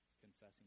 confessing